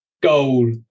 goal